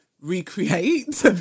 recreate